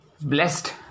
blessed